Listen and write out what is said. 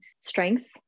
strengths